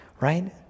right